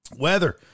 Weather